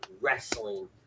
wrestling